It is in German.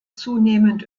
zunehmend